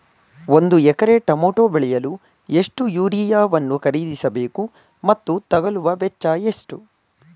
ಒಂದು acre tomato ಬೆಳೆಯಲು ಎಷ್ಟು ಯೂರಿಯಾವನ್ನು ಖರೀದಿಸ ಬೇಕು ಮತ್ತು ತಗಲುವ ವೆಚ್ಚ ಎಷ್ಟು?